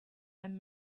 and